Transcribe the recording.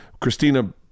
Christina